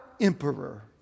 emperor